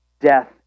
death